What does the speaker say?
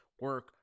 Work